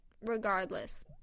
regardless